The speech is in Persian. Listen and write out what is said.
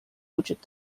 وجود